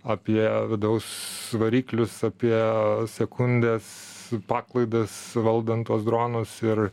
apie vidaus variklius apie sekundes paklaidas valdant tuos dronus ir